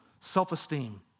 self-esteem